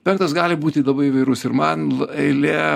penktas gali būti labai įvairus ir man l eilė